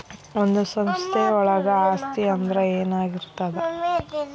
ಒಂದು ಸಂಸ್ಥೆಯೊಳಗ ಆಸ್ತಿ ಅಂದ್ರ ಏನಾಗಿರ್ತದ?